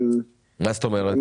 מה זאת אומרת?